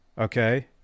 Okay